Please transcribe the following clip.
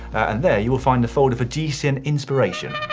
and there you will find a folder for gcn inspiration.